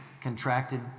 contracted